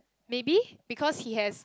maybe because he has